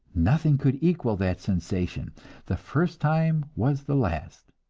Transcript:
nothing could equal that sensation the first time was the last.